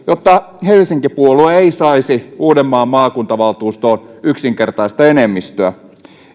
jotta helsinki puolue ei saisi uudenmaan maakuntavaltuustoon yksinkertaista enemmistöä